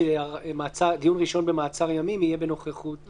שדיון ראשון במעצר ימים יהיה בנוכחות